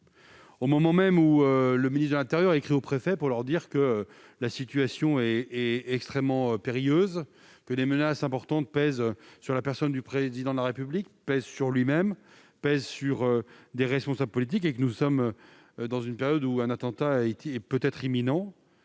Au moment même où le ministre de l'intérieur écrit aux préfets pour leur dire que la situation est extrêmement périlleuse, que des menaces importantes pèsent sur la personne du Président de la République, sur lui-même, sur des responsables politiques, et que nous sommes dans une période où un attentat est peut-être imminent,